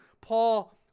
Paul